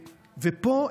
ופה,